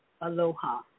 aloha